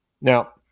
Now